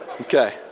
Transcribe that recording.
Okay